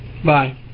Bye